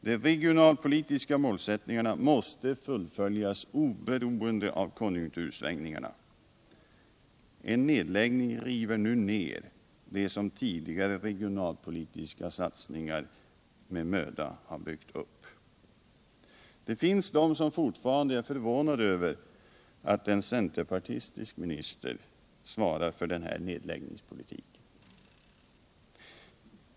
De regionalpolitiska målsättningarna måste fullföljas oberoende av konjunktursvängningarna. En nedläggning river nu ned det som tidigare regionalpolitiska satsningar med möda har byggt upp. Det finns personer som fortfarande är förvånade över att en centerpartistisk minister svarar för denna nedläggningspolitik.